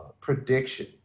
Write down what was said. prediction